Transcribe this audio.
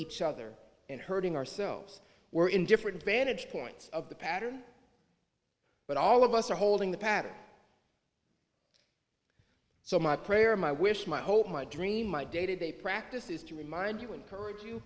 each other and hurting ourselves we're in different vantage points of the pattern but all of us are holding the pattern so my prayer my wish my hope my dream my dated a practice is to remind you encourage you